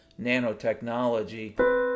nanotechnology